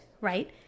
right